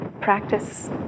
practice